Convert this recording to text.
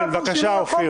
כן, בבקשה, אופיר.